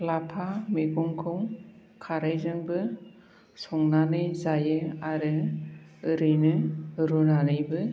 लाफा मैगंखौ खारैजोंबो संनानै जायो आरो ओरैनो रुनानैबो